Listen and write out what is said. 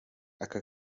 aka